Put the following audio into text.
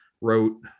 wrote